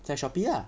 在 shopee lah